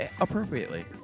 appropriately